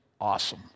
awesome